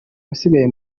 basigaye